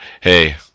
hey